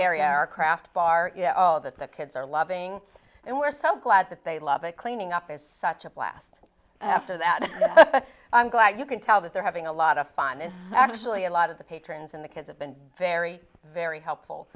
our craft bar all that the kids are loving and we're so glad that they love it cleaning up is such a blast after that i'm glad you can tell that they're having a lot of fun and actually a lot of the patrons and the kids have been very very helpful